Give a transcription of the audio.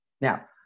Now